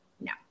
No